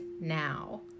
now